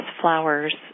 Flowers